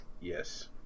Yes